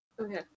Okay